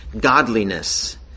godliness